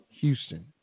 Houston